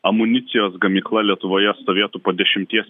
amunicijos gamykla lietuvoje stovėtų po dešimties